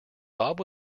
bob